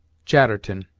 chatterton.